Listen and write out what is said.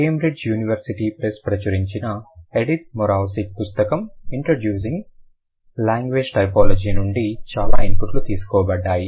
Cambridge University Press ప్రచురించిన Edith Moravcsik పుస్తకం introducing language typology నుండి చాలా ఇన్పుట్లు తీసుకోబడ్డాయి